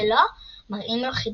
ולא מראים לו חיבה.